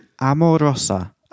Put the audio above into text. amorosa